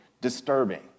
disturbing